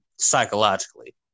psychologically